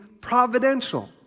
providential